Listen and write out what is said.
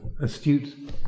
astute